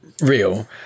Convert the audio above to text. real